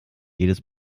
jedes